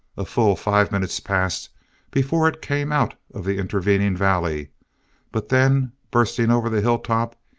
a full five minutes passed before it came out of the intervening valley but then, bursting over the hilltop,